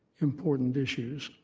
important issues,